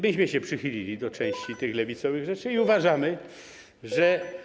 Myśmy się przychylili do części tych lewicowych rzeczy i uważamy, że.